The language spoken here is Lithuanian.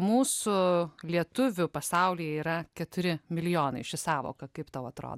mūsų lietuvių pasaulyje yra keturi milijonai ši sąvoka kaip tau atrodo